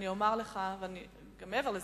מעבר לזה,